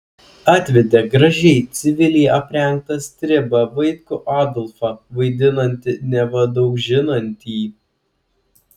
atvedė gražiai civiliai aprengtą stribą vaitkų adolfą vaidinantį neva daug žinantį